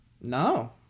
No